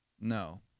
No